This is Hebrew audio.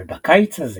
אבל בקיץ הזה